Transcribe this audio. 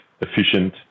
efficient